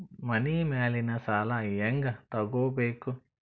ಮನಿ ಮೇಲಿನ ಸಾಲ ಹ್ಯಾಂಗ್ ತಗೋಬೇಕು?